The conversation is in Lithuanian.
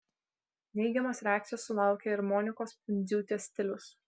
neigiamos reakcijos sulaukė ir monikos pundziūtės stilius